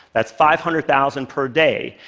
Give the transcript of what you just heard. that's five hundred thousand per day.